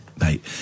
mate